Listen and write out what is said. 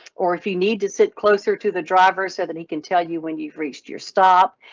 or if you need to sit closer to the driver so that he can tell you when you've reached your stop.